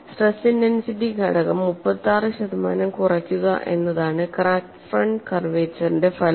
stress intensity ഘടകം 36 ശതമാനം കുറയ്ക്കുക എന്നതാണ് ക്രാക്ക് ഫ്രണ്ട് കർവെച്ചറിന്റെ ഫലം